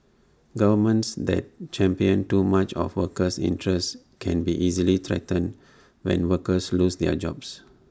governments that champion too much of workers' interests can be easily threatened when workers lose their jobs